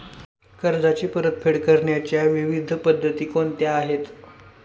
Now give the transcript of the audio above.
कर्जाची परतफेड करण्याच्या विविध पद्धती कोणत्या आहेत?